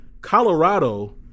Colorado